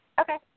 Okay